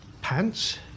pants